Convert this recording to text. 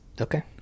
okay